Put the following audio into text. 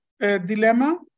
dilemma